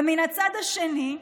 ומן הצד השני,